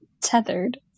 tethered